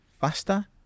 faster